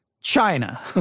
China